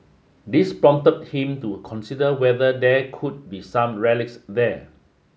this prompted him to consider whether there could be some relics there